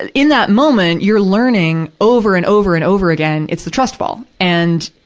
and in that moment, you're learning over and over and over again, it's the trust fall. and,